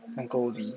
uncle lee